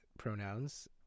pronouns